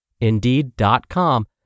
Indeed.com